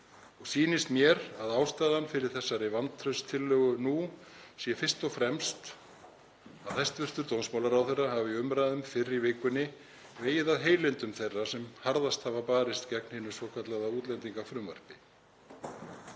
og sýnist mér að ástæðan fyrir þessari vantrauststillögu nú sé fyrst og fremst að hæstv. dómsmálaráðherra hafi í umræðum fyrr í vikunni vegið að heilindum þeirra sem harðast hafa barist gegn hinu svokallaða útlendingafrumvarpi.